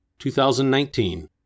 2019